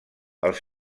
els